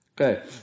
Okay